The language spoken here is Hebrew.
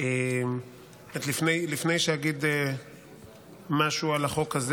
שמחה רוטמן להציג את הצעת החוק.